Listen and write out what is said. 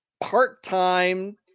part-time